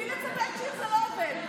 בלי לצטט שיר זה לא עובד.